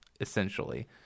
essentially